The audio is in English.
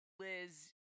Liz